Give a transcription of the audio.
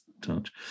touch